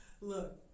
Look